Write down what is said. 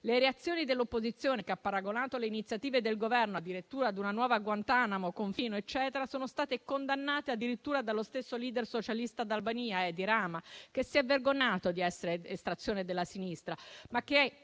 Le reazioni dell'opposizione, che ha paragonato le iniziative del Governo addirittura a una nuova Guantanamo o a un confino, sono state condannate dallo stesso *leader* socialista d'Albania, Edi Rama, che si è vergognato di essere estrazione della sinistra, ma